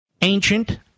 ancient